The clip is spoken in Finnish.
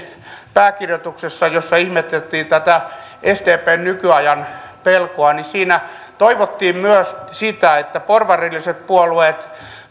pääkirjoituksessa jossa ihmeteltiin tätä sdpn nykyajan pelkoa toivottiin myös sitä että porvarilliset puolueet